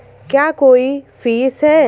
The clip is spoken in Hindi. क्या कोई फीस है?